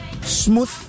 smooth